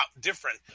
different